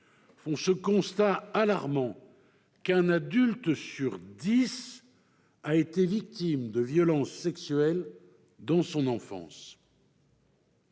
font ce constat alarmant qu'un adulte sur dix a été victime de violences sexuelles dans son enfance.